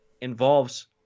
involves